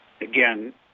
again